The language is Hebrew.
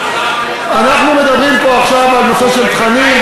אנחנו מדברים פה עכשיו על נושא של תכנים,